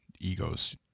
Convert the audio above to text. egos